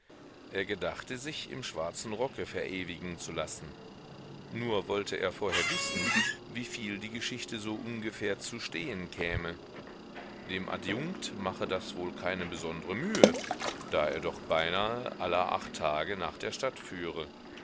er gedachte sich im schwarzen rocke verewigen zu lassen nur wollte er vorher wissen wieviel die geschichte so ungefähr zu stehen käme dem adjunkt mache das wohl keine besondre mühe da er doch beinahe aller acht tage nach der stadt führe